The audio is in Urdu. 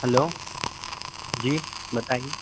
ہلو جی بتائیے